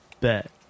bet